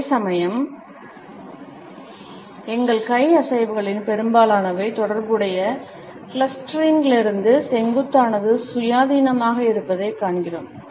அதே சமயம் எங்கள் கை அசைவுகளில் பெரும்பாலானவை தொடர்புடைய கிளஸ்டரிங்கிலிருந்து செங்குத்தானது சுயாதீனமாக இருப்பதைக் காண்கிறோம்